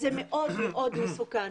זה מאוד מאוד מסוכן.